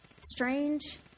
Strange